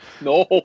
No